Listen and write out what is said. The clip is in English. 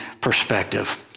perspective